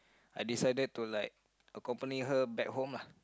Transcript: I decided to like accompany her back home lah